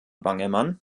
bangemann